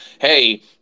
hey